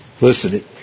Listen